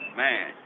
man